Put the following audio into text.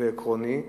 ועקרוני וקשה,